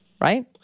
Right